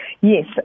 Yes